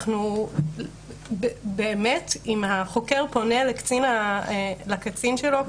אם החוקר פונה לקצין שלו,